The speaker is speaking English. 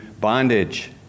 bondage